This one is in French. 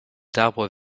d’arbres